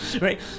Right